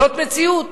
זאת מציאות